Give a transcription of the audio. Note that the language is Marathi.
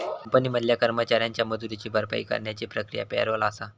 कंपनी मधल्या कर्मचाऱ्यांच्या मजुरीची भरपाई करण्याची प्रक्रिया पॅरोल आसा